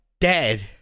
dead